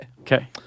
Okay